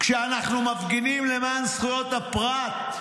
כשאנחנו מפגינים למען זכויות הפרט,